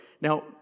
Now